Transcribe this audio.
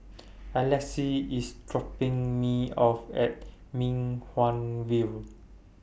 Alexys IS dropping Me off At Mei Hwan View